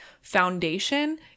foundation